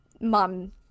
mom